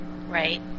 right